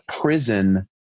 prison